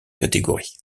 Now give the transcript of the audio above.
catégorie